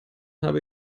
habe